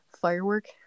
firework